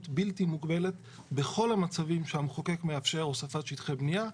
בלתי מוגבלת בכל המצבים שהמחוקק מאפשר הוספת שטחי בנייה.